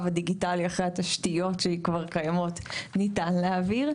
הדיגיטלי אחרי התשתיות שכבר קיימות ניתן להעביר.